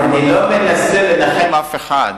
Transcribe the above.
אני לא מנסה לנחם אף אחד,